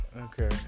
Okay